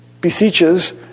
beseeches